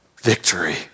victory